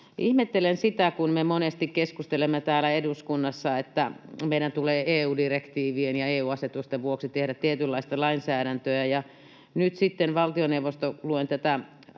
ihmettelen sitä, kun me monesti keskustelemme täällä eduskunnassa, että meidän tulee EU-direktiivien ja EU-asetusten vuoksi tehdä tietynlaista lainsäädäntöä, ja nyt sitten valtioneuvosto on — luen tätä